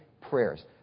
prayers